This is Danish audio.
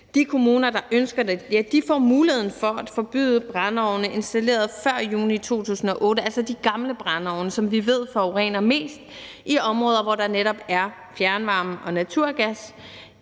De kommuner, der ønsker det, får mulighed for at forbyde brændeovne installeret før juni 2008, altså de gamle brændeovne, som vi ved forurener mest, i områder, hvor der netop er fjernvarme eller naturgas.